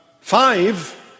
five